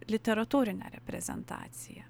literatūrinę reprezentaciją